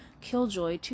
Killjoy